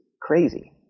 crazy